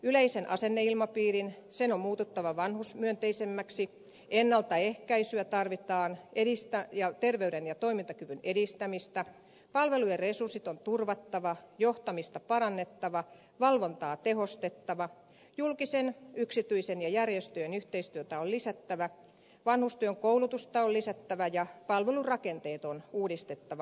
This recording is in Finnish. yleisen asenneilmapiirin on muututtava vanhusmyönteisemmäksi ennaltaehkäisyä tarvitaan ja terveyden ja toimintakyvyn edistämistä palvelujen resurssit on turvattava johtamista parannettava valvontaa tehostettava julkisen ja yksityisen sektorin sekä järjestöjen yhteistyötä on lisättävä vanhustyön koulutusta on lisättävä ja palvelurakenteet on uudistettava